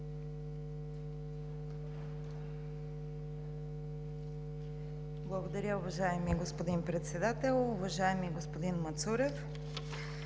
Благодаря, уважаеми господин Председател. Уважаеми господин Мацурев,